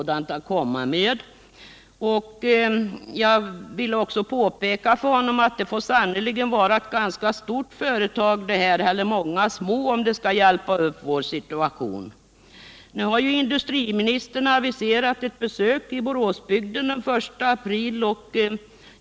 Det får i så fall sannerligen vara ett ganska stort företag eller många små, om situationen skall kunna hjälpas upp. Nu har industriministern aviserat ett besök i Boråsbygden den 1 april.